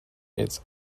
its